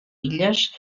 illes